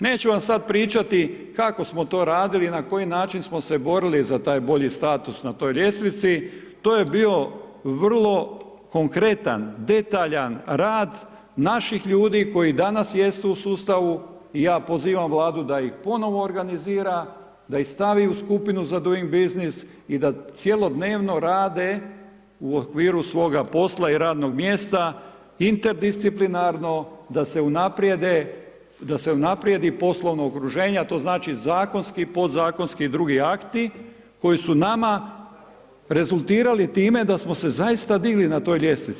Neću vam sada pričati kako smo to radili na koji način smo se borili za taj bolji status na toj ljestvici, to je bio vrlo konkretan, detaljan rad naših ljudi koji danas jesu u sustavu i ja pozivam Vladu da ih ponovno organizira, da ih stavi u skupinu za Doing Business i da cjelodnevno rade u okviru svoga posla i radnog mjesta interdisciplinarno, da se unaprijede, da se unaprijedi poslovno okruženje a to znači zakonski i podzakonski i drugi akti koji su nama rezultirali time da smo se zaista digli na toj ljestvici.